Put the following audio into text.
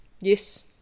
Yes